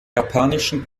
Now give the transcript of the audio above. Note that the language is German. japanischen